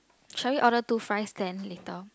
shall we order two fries then later